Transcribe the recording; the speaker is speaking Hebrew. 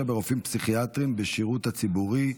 ברופאים פסיכיאטריים בשירות הציבורי.